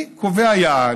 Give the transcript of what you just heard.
אני קובע יעד,